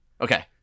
Okay